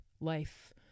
life